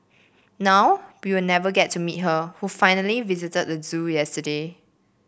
now we will never get to meet her who finally visited the zoo yesterday